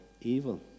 evil